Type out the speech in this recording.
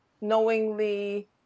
knowingly